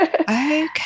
Okay